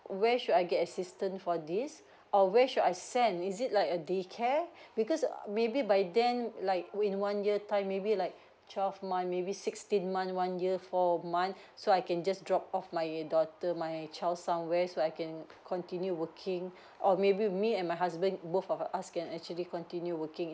where should I get assistance for this or where should I send is it like a day care because maybe by then like within one year time maybe like twelve month maybe sixteen one one year four month so I can just drop off my daughter my child somewhere so I can continue working or maybe me and my husband both of us can actually continue working